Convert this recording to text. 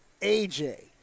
AJ